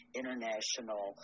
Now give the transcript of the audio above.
international